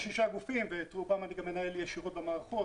שישה גופים ואת רובם אני גם מנהל ישירות במערכות,